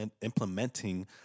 implementing